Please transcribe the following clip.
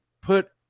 put